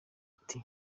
ati